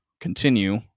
continue